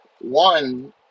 One